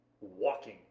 walking